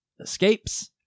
escapes